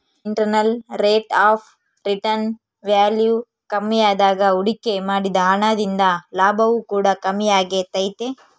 internal rate of return value ಕಮ್ಮಿಯಾದಾಗ ಹೂಡಿಕೆ ಮಾಡಿದ ಹಣ ದಿಂದ ಲಾಭವು ಕೂಡ ಕಮ್ಮಿಯಾಗೆ ತೈತೆ